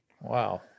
Wow